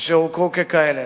אשר הוכרו ככאלה,